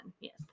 Yes